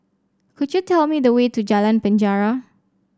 could you tell me the way to Jalan Penjara